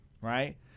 right